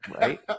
right